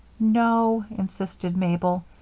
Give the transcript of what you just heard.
no, insisted mabel.